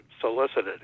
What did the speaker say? solicited